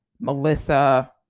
Melissa